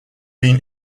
been